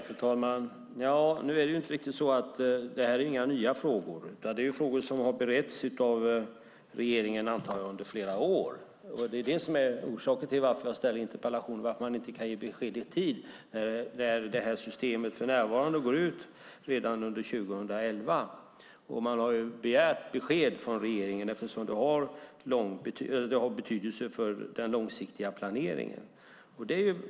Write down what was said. Fru talman! Nu är det ju inte riktigt så. Det här är inga nya frågor, utan det är frågor som, antar jag, har beretts av regeringen under flera år. Det är det som är orsaken till varför jag ställde interpellationen: Varför kan man inte ge besked i tid, när det nuvarande systemet går ut redan under 2011? Man har begärt besked från regeringen eftersom det har betydelse för den långsiktiga planeringen.